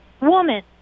woman